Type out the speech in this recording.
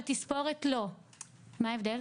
אבל תספורת לא - מה ההבדל?